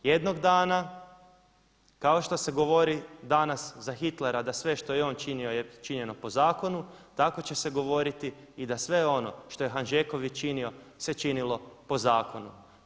Jednog dana kao što se govori danas za Hitlera da sve što je on činio je činjeno po zakonu tako će se govoriti i da sve ono što je Hanžeković činio se činilo po zakonu.